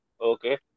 Okay